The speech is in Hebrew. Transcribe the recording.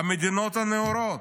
המדינות הנאורות,